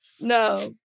No